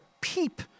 peep